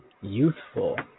youthful